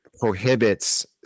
prohibits